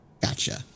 Gotcha